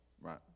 right